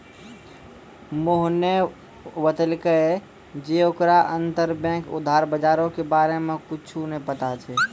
मोहने बतैलकै जे ओकरा अंतरबैंक उधार बजारो के बारे मे कुछु नै पता छै